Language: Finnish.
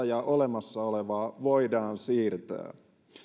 ja olemassa olevaa voidaan siirtää puhemies